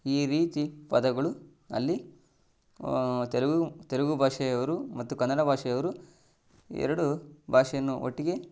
ಈ ರೀತಿ ಪದಗಳು ಅಲ್ಲಿ ತೆಲುಗು ತೆಲುಗು ಭಾಷೆಯವರು ಮತ್ತು ಕನ್ನಡ ಭಾಷೆಯವರು ಎರಡೂ ಭಾಷೆಯನ್ನು ಒಟ್ಟಿಗೇ